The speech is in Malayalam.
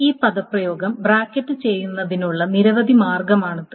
ഈ പദപ്രയോഗം ബ്രാക്കറ്റ് ചെയ്യുന്നതിനുള്ള നിരവധി മാർഗമാണിത്